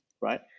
right